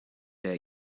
der